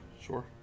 Sure